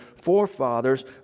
forefathers